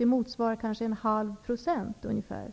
Det motsvarar kanske ungefär 1/2 %